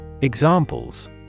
Examples